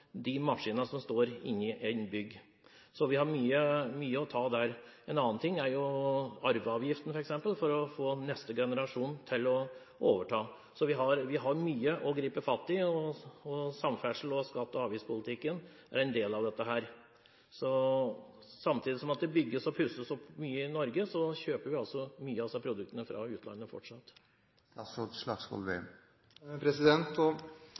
de maskinene som står inne i et bygg. En annen ting er arveavgiften f.eks., med tanke på å få neste generasjon til å overta. Så vi har mye å gripe fatt i, og samferdsel og skatte- og avgiftspolitikken er en del av dette. Samtidig som det bygges og pusses opp mye i Norge, kjøper vi altså fortsatt mye fra utlandet av disse produktene. Vi ser ulike utfordringer for skogbruket i ulike deler av landet. Hjemfylket til representanten Bredvold og